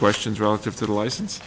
questions relative to the license